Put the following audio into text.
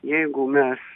jeigu mes